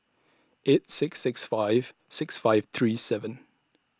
eight six six five six five three seven